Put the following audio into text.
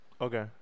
Okay